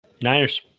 Niners